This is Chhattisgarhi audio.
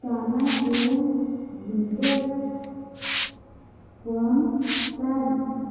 चाना के बीजा कोन सा